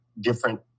different